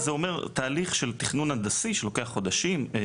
זה אומר שתהליך של תכנון הנדסי שלוקח חודשים,